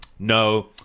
No